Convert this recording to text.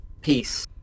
peace